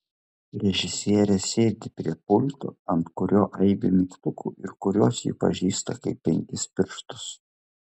režisierė sėdi prie pulto ant kurio aibė mygtukų ir kuriuos ji pažįsta kaip penkis pirštus